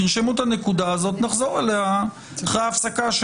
תרשמו את הנקודה הזאת ונחזור אליה אחרי ההפסקה.